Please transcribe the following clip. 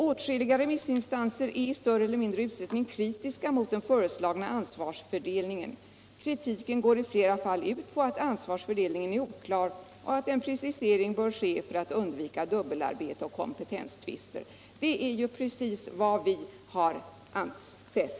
Åtskilliga remissinstanser är i större eller mindre utsträckning kritiska mot den föreslagna anslagsfördelningen. Kritiken går i flera fall ut på att anslagsfördelningen är oklar och att en precisering bör ske för att undvika dubbelarbete och kompetenstvister.” Det är precis vad vi har ansett.